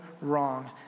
wrong